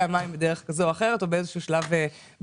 המים בדרך כזאת או אחרת או באיזה שלב בחייו